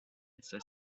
está